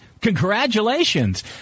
Congratulations